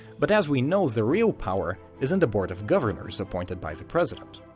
but as we know the real power is in the board of governors appointed by the president.